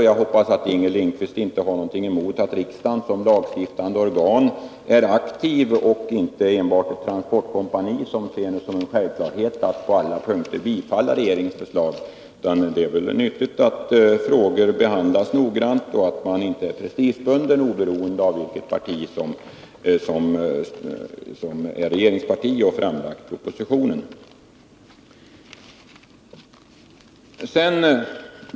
Jag hoppas att Inger Lindquist inte har någonting emot att riksdagen som lagstiftande organ är aktiv och inte enbart ett transportkompani, som ser det som en självklarhet att på alla punkter bifalla regeringens förslag. Det är väl nyttigt att frågor behandlas noggrant och att man inte är prestigebunden, oberoende av vilket parti som är regeringsparti och har framlagt propositionen?